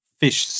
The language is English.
fish